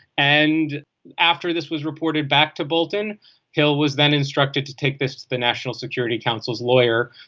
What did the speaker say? and after this was reported back to bolton hill was then instructed to take this to the national security council's lawyer.